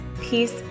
peace